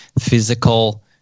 physical